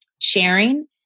sharing